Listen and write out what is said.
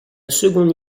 seconde